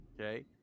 Okay